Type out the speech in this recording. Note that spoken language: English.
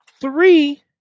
Three